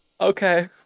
Okay